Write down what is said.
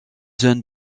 zone